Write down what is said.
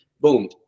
boom